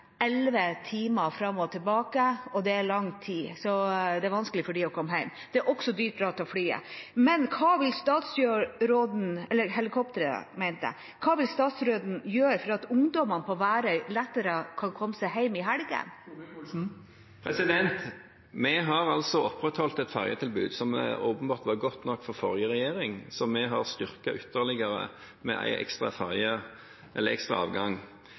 elleve timer fram og tilbake. Det er lang tid, så det er vanskelig for dem å komme hjem. Det er også dyrt å ta helikopteret. Hva vil statsråden gjøre for at ungdommene på Værøy lettere kan komme seg hjem i helgene? Vi har opprettholdt et ferjetilbud som åpenbart var godt nok for forrige regjering, og som vi har styrket ytterligere med en ekstra